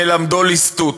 מלמדו ליסטוּת".